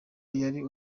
yari